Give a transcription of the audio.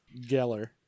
Geller